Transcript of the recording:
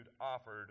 offered